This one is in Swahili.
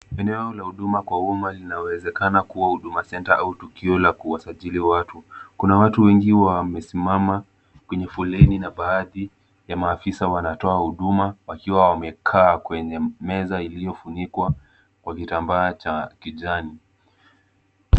Eneo la huduma za uma linaweza Huduma centre au tukio la kuwasajili watu. Kuna watu wengi wamesimama kwenye foleni na baadhi ya maafisa wanatoa huduma wakiwa wamekaa kwenye meza iliyofunikwa kwa kitambaa cha kijani.